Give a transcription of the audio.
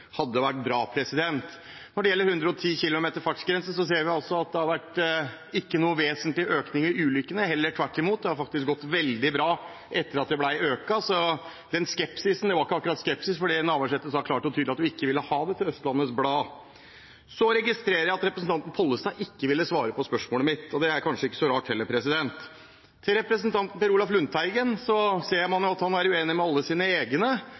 hadde vært bra. Når det gjelder fartsgrense på 110 km/t, ser vi at det ikke har vært noen vesentlig økning i ulykkene, heller tvert imot, det har faktisk gått veldig bra etter at den ble økt. Så den skepsisen, den var ikke akkurat skepsis, for Navarsete sa klart og tydelig til Østlandets Blad at hun ikke ville ha det. Så registrerer jeg at representanten Pollestad ikke ville svare på spørsmålet mitt, og det er kanskje ikke så rart heller. Til representanten Per Olaf Lundteigen: Man ser jo at han er uenig med alle sine egne,